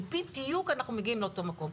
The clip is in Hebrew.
זה בדיוק אנחנו מגיעים לאותו מקום,